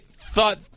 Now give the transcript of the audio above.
thought